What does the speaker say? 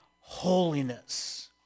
holiness